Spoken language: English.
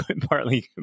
partly